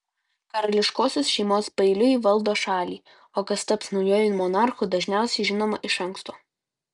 karališkosios šeimos paeiliui valdo šalį o kas taps naujuoju monarchu dažniausiai žinoma iš anksto